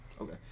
Okay